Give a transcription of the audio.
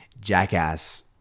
jackass